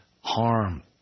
harm